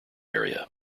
area